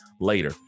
later